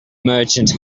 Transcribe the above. merchant